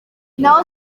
naho